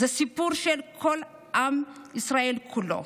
זה סיפור של כל עם ישראל כולו.